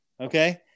okay